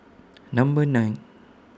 Number nine